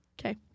Okay